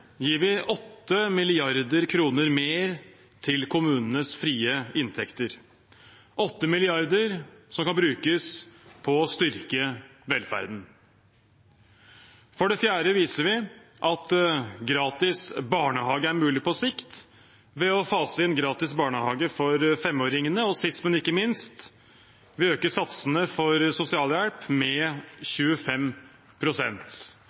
gir vi 8 mrd. kr mer til kommunenes frie inntekter, 8 mrd. kr som kan brukes på å styrke velferden. For det fjerde viser vi at gratis barnehage er mulig på sikt, ved å fase inn gratis barnehage for femåringene. Sist, men ikke minst øker vi satsene for sosialhjelp med